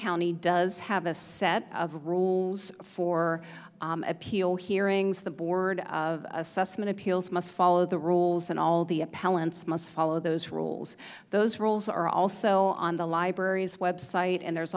county does have a set of rules for appeal hearings the board of assessment appeals must follow the rules and all the appellant's must follow those rules those rules are also on the library's website and there's